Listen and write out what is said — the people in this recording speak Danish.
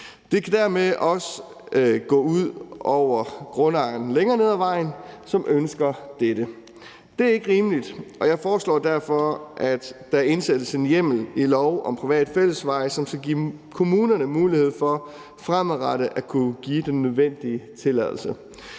Det kan dermed også gå ud over grundejerne længere nede ad vejen, som ønsker dette. Det er ikke rimeligt, og jeg foreslår derfor, at der indsættes en hjemmel i lov om private fællesveje, som skal give kommunerne mulighed for fremadrettet at kunne give den nødvendige tilladelse.